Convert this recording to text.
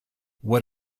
what